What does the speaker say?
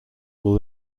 will